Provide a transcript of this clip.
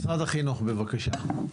משרד החינוך בבקשה.